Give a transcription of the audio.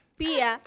pia